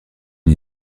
une